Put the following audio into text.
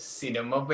cinema